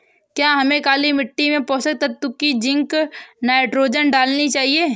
क्या हमें काली मिट्टी में पोषक तत्व की जिंक नाइट्रोजन डालनी चाहिए?